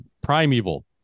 primeval